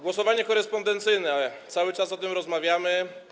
Głosowanie korespondencyjne - cały czas o tym rozmawiamy.